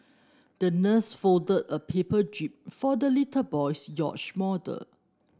the nurse folded a paper jib for the little boy's yacht model